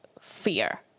fear